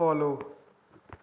follow